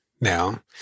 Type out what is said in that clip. now